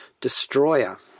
Destroyer